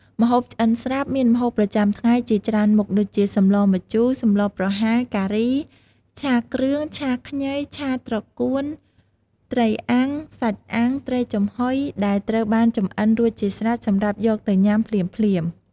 ម្ហូបឆ្អិនស្រាប់ មានម្ហូបប្រចាំថ្ងៃជាច្រើនមុខ ដូចជា សម្លម្ជូរ សម្លរប្រហើរ ការី ឆាគ្រឿង ឆាខ្ញី ឆាត្រកួន ត្រីអាំង សាច់អាំង ត្រីចំហុយ ដែលត្រូវបានចម្អិនរួចជាស្រេចសម្រាប់យកទៅញ៉ាំភ្លាមៗ។